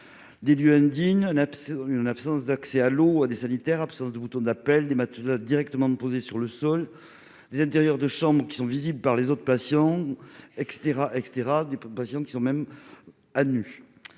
: lieux indignes, absence d'accès à l'eau ou à des sanitaires, absence de bouton d'appel, matelas directement posés sur le sol, intérieurs de chambres visibles par les autres patients, etc.- il arrive même que